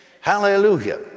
Hallelujah